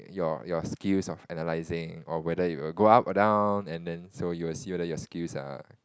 your your skills of analysing or whether it will go up or down and then so you will see whether your skills are